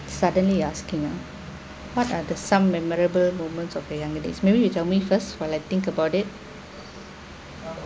suddenly asking ah what are the some memorable moments of the younger days maybe you tell me first while I think about it